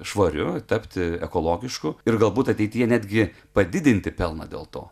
švariu tapti ekologišku ir galbūt ateityje netgi padidinti pelną dėl to